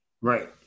Right